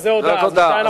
זו הודעה.